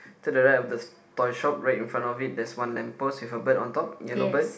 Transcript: to the right of the toy shop right in front of it there's one lamp post with a bird on top yellow bird